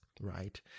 right